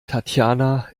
tatjana